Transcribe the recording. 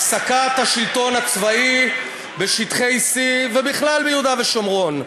הפסקת השלטון הצבאי בשטחי C ובכלל ביהודה ושומרון.